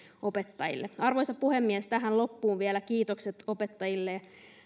opettajille arvoisa puhemies tähän loppuun vielä kiitokset opettajille